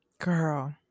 girl